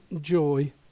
joy